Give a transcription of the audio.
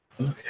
Okay